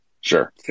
Sure